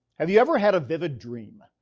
have you ever had a vivid dream,